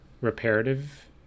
reparative